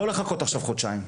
לא לחכות חודשיים.